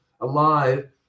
alive